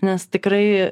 nes tikrai